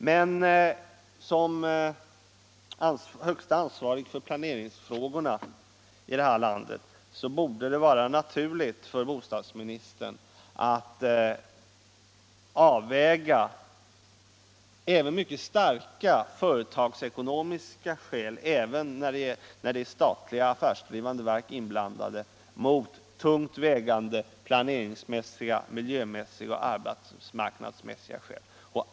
Men som den för planeringsfrågorna högste ansvarige i det här landet borde det vara naturligt för bostadsministern att ställa även mycket starka 21 företagsekonomiska skäl, också när statliga affärsdrivande verk är inblandade, mot tungt vägande planerings-, miljöoch arbetsmarknadsmässiga skäl.